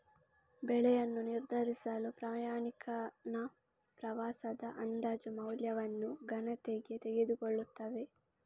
ಬೆಲೆಯನ್ನು ನಿರ್ಧರಿಸಲು ಪ್ರಯಾಣಿಕನ ಪ್ರವಾಸದ ಅಂದಾಜು ಮೌಲ್ಯವನ್ನು ಗಣನೆಗೆ ತೆಗೆದುಕೊಳ್ಳುತ್ತವೆ